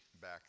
back